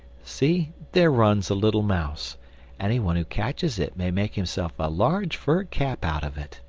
see! there runs a little mouse anyone who catches it may make himself a large fur cap out of it.